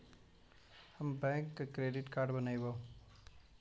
हम bank credit card बनैवो?